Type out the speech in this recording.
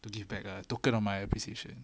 to give back a token on my appreciation